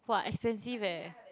!wah! expensive eh